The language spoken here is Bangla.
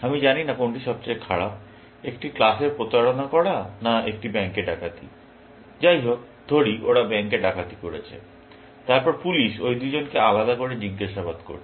আমি জানি না কোনটি সবচেয়ে খারাপ একটি ক্লাসে প্রতারণা করা না একটি ব্যাংকে ডাকাতি যাই হোক ধরি ওরা ব্যাঙ্ক ডাকাতি করেছে তারপর পুলিশ ওই দুইজনকে আলাদা করে জিজ্ঞাসাবাদ করছে